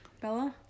Bella